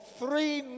three